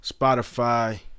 Spotify